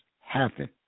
happen